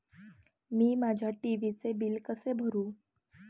मी माझ्या टी.व्ही चे बिल कसे भरू?